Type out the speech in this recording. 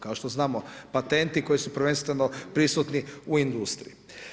Kao što znamo patenti koji su prvenstveno prisutni u industriji.